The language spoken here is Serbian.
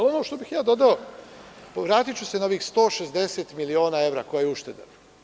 Ono što bih ja dodao, vratiću se na onih 160 miliona evra, koliko je ušteda.